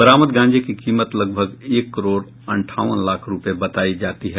बरामद गांजे की कीमत लगभग एक करोड़ अंठावन लाख रूपये बतायी जाती है